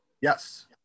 Yes